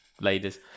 Ladies